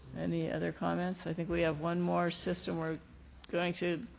any other comments? i think we have one more system we're going to